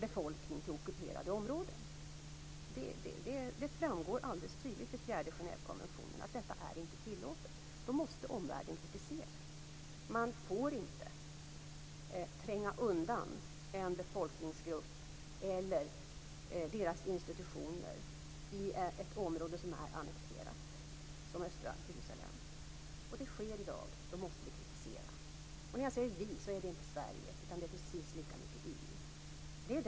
Från bl.a. konferensen i går, som tidigare har berörts här, om demokrati och medier vet jag att svenska journalister har arbetat med palestinska kolleger och talat om hur man arbetar i en demokratisk stat och att det är ens uppgift att även kritisera myndigheter om de gör några fel.